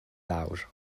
lawr